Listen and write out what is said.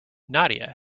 nadia